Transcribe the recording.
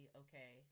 okay